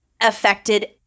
affected